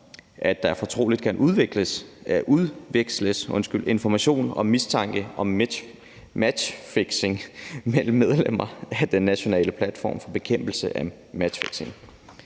at der fortroligt kan udveksles information om mistanke om matchfixing mellem medlemmer af den nationale platform for bekæmpelse af matchfixing.